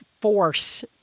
force